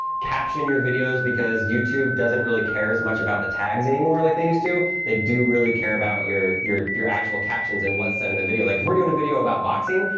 caption your videos because youtube doesn't really care as much about the tags anymore like they used to. they do really care about your your actual captions and what's said in the video. like if we're doing a video about boxing,